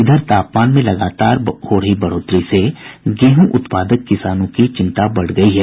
इधर तापमान में लगातार हो रही बढ़ोतरी से गेहूं उत्पादक किसानों की चिंता बढ़ गयी है